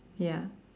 ya